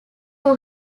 who